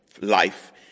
life